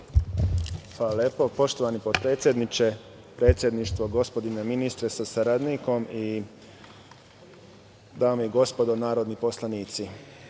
Zahvaljujem. Poštovani potpredsedniče, predsedništvo, gospodine ministre sa saradnikom, dame i gospodo narodni poslanici,